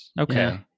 okay